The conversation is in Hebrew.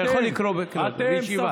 אתה יכול לקרוא, אבל בישיבה.